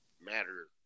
matter